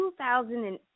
2008